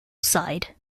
side